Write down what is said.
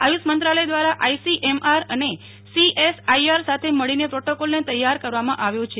આયુષ મંત્રાલય દ્વારા આઈસીએમઆર અને સીએઅસસઆઈઆર સાથે મળીને પ્રોટોકોલને તૈયાર કરવામં આવ્યો છે